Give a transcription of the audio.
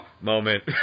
moment